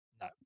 No